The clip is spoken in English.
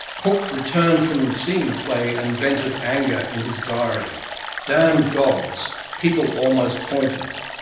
hooke returned from seeing the play and vented anger in his diary damned doggs. people almost pointed.